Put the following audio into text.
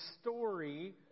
story